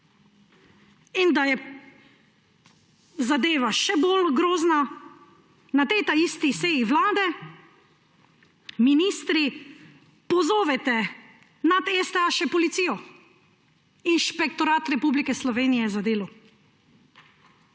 Da je zadeva še bolj grozna, na tej taisti seji vlade ministri pozovete na STA še policijo, Inšpektorat Republike Slovenije za delo.